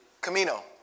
Camino